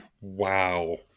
Wow